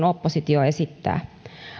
oppositio esittää